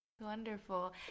Wonderful